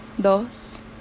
dos